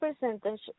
percentage